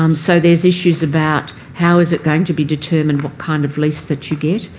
um so there's issues about how is it going to be determined what kind of lease that you get.